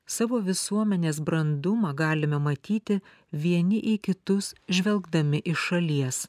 savo visuomenės brandumą galime matyti vieni į kitus žvelgdami iš šalies